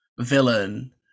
villain